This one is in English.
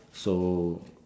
so